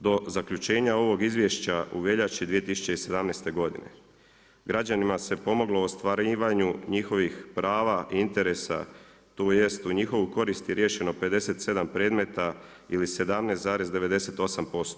Do zaključenja ovog izvješća u veljači 2017. godine, građanima se pomoglo u ostvarivanju njihovih prava i interesa, tj. u njihovu korist je riješeno 57 predete ili 17,98%